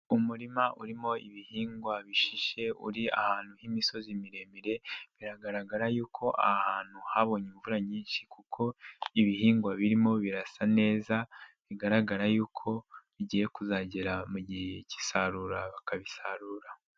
Umurima urimo ibihingwa bishishe uri ahantu h'imisozi miremire, biragaragara yuko aha hantu habonye imvura nyinshi kuko, ibihingwa birimo birasa neza, bigaragara yuko, bigiye kuzagera mu gihe k'isarura bakabisarura.